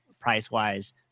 price-wise